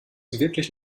wirklich